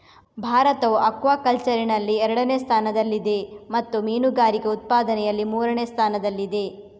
ಭಾರತವು ಅಕ್ವಾಕಲ್ಚರಿನಲ್ಲಿ ಎರಡನೇ ಸ್ಥಾನದಲ್ಲಿದೆ ಮತ್ತು ಮೀನುಗಾರಿಕೆ ಉತ್ಪಾದನೆಯಲ್ಲಿ ಮೂರನೇ ಸ್ಥಾನದಲ್ಲಿದೆ